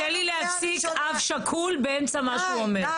קשה לי להפסיק אב שכול באמצע מה שהוא אומר.